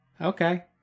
okay